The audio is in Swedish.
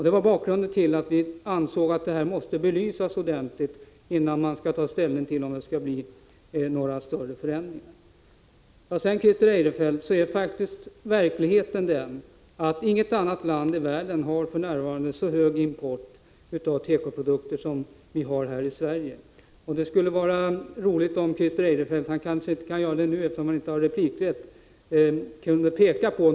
Det var bakgrunden till att vi ansåg att dessa frågor måste belysas ordentligt innan man tar ställning till några större förändringar. Verkligheten är faktiskt den, Christer Eirefelt, att inget annat land i världen för närvarande har så hög import av tekoprodukter som vi har här i Sverige. Det skulle vara roligt om Christer Eirefelt kunde peka på något land som har högre andel import än vi har.